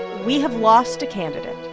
we have lost a candidate